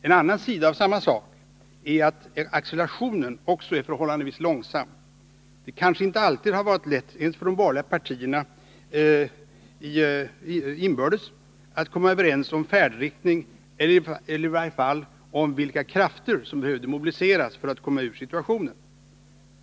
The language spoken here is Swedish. En annan sida av samma sak är att accelerationen också är förhållandevis långsam. Det kanske inte alltid har varit lätt ens för de borgerliga partierna inbördes att komma överens om färdriktning eller i varje fall om vilka krafter som behövde mobiliseras för att man skulle komma ur situationen.